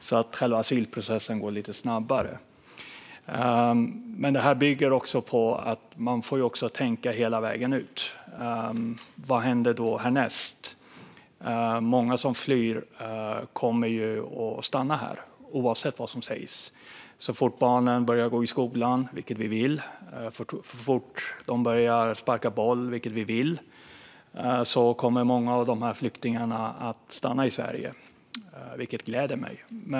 Då går själva asylprocessen lite snabbare. Men detta bygger på att man får tänka hela vägen ut. Vad händer härnäst? Många som flyr kommer att stanna här oavsett vad som sägs. Så fort barnen börjar gå i skolan, vilket vi vill, och så fort de börjar sparka boll, vilket vi vill, kommer många av flyktingarna att stanna i Sverige, vilket gläder mig.